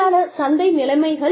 தொழிலாளர் சந்தை நிலைமைகள்